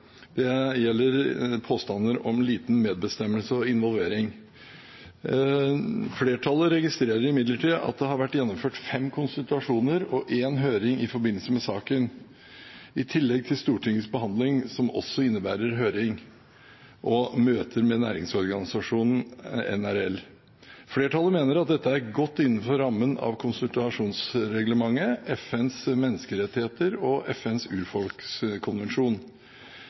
Det gjelder påstander om liten medbestemmelse og involvering. Flertallet registrerer imidlertid at det har vært gjennomført fem konsultasjoner og en høring i forbindelse med saken, i tillegg til Stortingets behandling, som også innebærer høring og møter med næringsorganisasjonen NRL. Flertallet mener at dette er godt innenfor rammen av konsultasjonsreglementet, FNs menneskerettigheter og FNs urfolkskonvensjon.